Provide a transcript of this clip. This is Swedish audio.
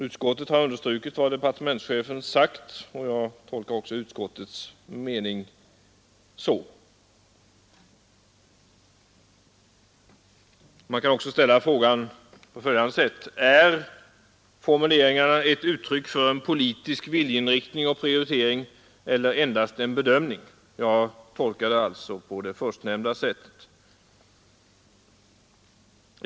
Utskottet har understrukit vad departementschefen sagt. Man kan också ställa frågan på följande sätt: Är formuleringarna ett uttryck för en politisk viljeinriktning och prioritering eller endast en bedömning? Jag tolkar dem alltså på det förstnämnda sättet.